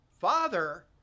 Father